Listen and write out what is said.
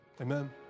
Amen